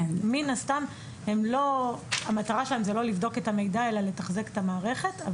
מן הסתם המטרה שלהם זה לא לבדוק את המידע אלא לתחזק את המערכת,